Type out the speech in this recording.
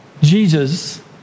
Jesus